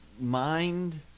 mind